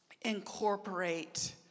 incorporate